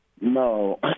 No